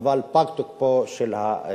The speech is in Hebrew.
אבל פג תוקפו של הצו.